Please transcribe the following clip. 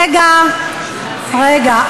רגע, רגע.